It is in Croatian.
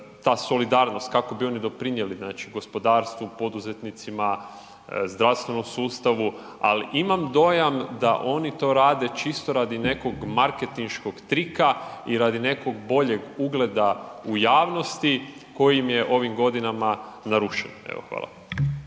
ta solidarnost kako bi oni doprinijeli gospodarstvu, poduzetnicima, zdravstvenom sustavu. Ali imam dojam da oni to rade čisto radi nekog marketinškog trika i radi nekog boljeg ugleda u javnosti koji im je ovih godina narušen. Hvala.